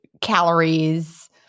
calories